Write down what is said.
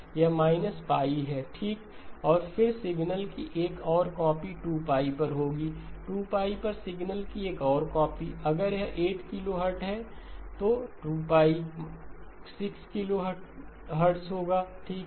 यह है ठीक और फिर सिग्नल की एक और कॉपी 2 पर होगी 2 पर सिग्नल की एक और कॉपी अगर यह 8 kHz है तो 2 16 kHz होगा ठीक है